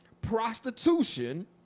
prostitution